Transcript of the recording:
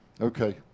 Okay